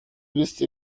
вести